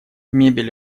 мебель